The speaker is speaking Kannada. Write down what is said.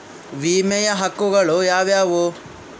ವಿಮೆಯ ಹಕ್ಕುಗಳು ಯಾವ್ಯಾವು?